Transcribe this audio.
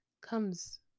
comes